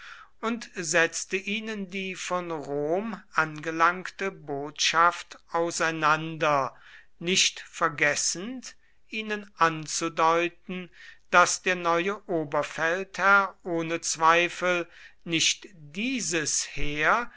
und setzte ihnen die von rom angelangte botschaft auseinander nicht vergessend ihnen anzudeuten daß der neue oberfeldherr ohne zweifel nicht dieses heer